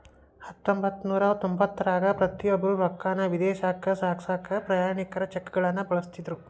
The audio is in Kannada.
ಹತ್ತೊಂಬತ್ತನೂರ ತೊಂಬತ್ತರಾಗ ಪ್ರತಿಯೊಬ್ರು ರೊಕ್ಕಾನ ವಿದೇಶಕ್ಕ ಸಾಗ್ಸಕಾ ಪ್ರಯಾಣಿಕರ ಚೆಕ್ಗಳನ್ನ ಬಳಸ್ತಿದ್ರು